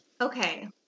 Okay